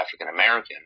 African-American